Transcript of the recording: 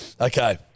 Okay